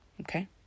Okay